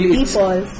people